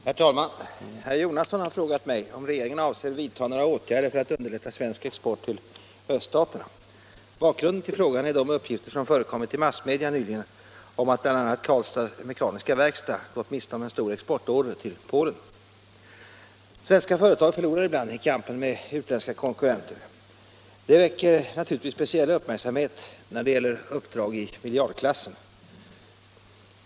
Herr talman! Herr Jonasson har frågat mig om regeringen avser vidta några åtgärder för att underlätta svensk export till öststaterna. Bakgrunden till frågan är de uppgifter som förekommit i massmedia nyligen om att bl.a. AB Karlstads Mekaniska Werkstad gått miste om en stor exportorder till Polen. Svenska företag förlorar ibland i kampen med utländska konkurrenter. Detta väcker naturligtvis speciell uppmärksamhet när det gäller uppdrag i miljardklassen.